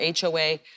HOA